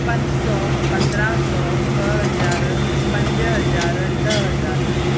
पंज सौ पंद्रहं सौ ॿ हज़ार पंज हज़ार ॾह हज़ार